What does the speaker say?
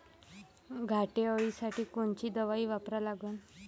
घाटे अळी साठी कोनची दवाई वापरा लागन?